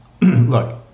Look